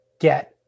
get